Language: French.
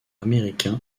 américains